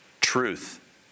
truth